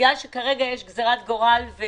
בגלל גזירת גורל של